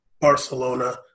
Barcelona